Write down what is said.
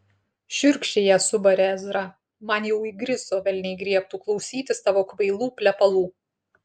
šiurkščiai ją subarė ezra man jau įgriso velniai griebtų klausytis tavo kvailų plepalų